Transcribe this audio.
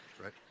right